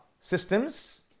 systems